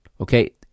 okay